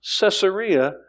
Caesarea